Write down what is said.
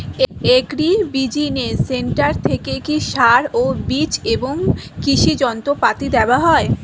Agri business centre থেকে কি সার ও বিজ এবং কৃষি যন্ত্র পাতি দেওয়া হয়?